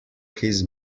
his